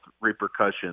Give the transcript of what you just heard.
repercussions